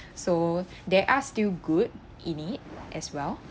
so there are still good in it as well